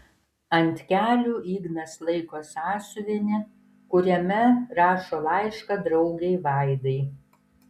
ant kelių ignas laiko sąsiuvinį kuriame rašo laišką draugei vaidai